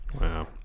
Wow